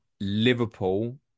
Liverpool